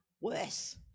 worse